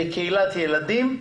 בקהילת ילדים,